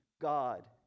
God